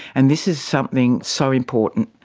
and this is something so important.